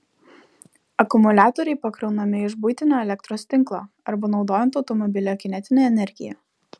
akumuliatoriai pakraunami iš buitinio elektros tinklo arba naudojant automobilio kinetinę energiją